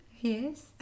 Yes